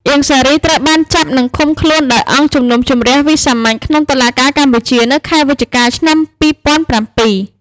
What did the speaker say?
អៀង សារី ត្រូវបានចាប់និងឃុំខ្លួនដោយ អង្គជំនុំជម្រះវិសាមញ្ញក្នុងតុលាការកម្ពុជា នៅខែវិច្ឆិកា ឆ្នាំ២០០៧ ។